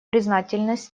признательность